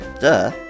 duh